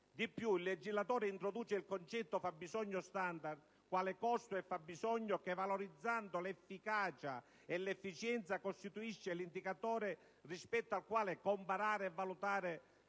Di più, il legislatore introduce il concetto del «fabbisogno standard» quale «costo e fabbisogno che, valorizzando l'efficacia e l'efficienza costituisce l'indicatore rispetto al quale comparare e valutare